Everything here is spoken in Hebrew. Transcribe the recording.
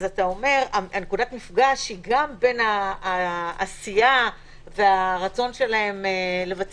אתה אומר: נקודת המפגש היא גם בין העשייה והרצון שלהם לבצע